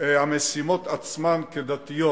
השמות עצמן כדתיות.